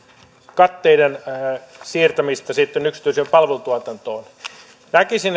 katteiden siirtämistä yksityiseen palvelutuotantoon näkisin